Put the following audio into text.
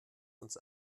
uns